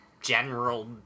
general